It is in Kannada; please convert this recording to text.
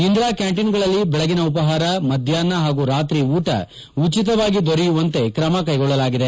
ಇಂದಿರಾ ಕ್ಯಾಂಟೀನ್ಗಳಲ್ಲಿ ಬೆಳಗಿನ ಉಪಪಾರ ಮಧ್ವಾಪ್ನ ಪಾಗೂ ರಾತ್ರಿ ಊಟ ಉಚಿತವಾಗಿ ದೊರೆಯುವಂತೆ ತ್ರಮ ಕೈಗೊಳ್ಳಲಾಗಿದೆ